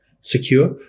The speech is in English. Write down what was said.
secure